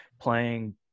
playing